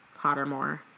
Pottermore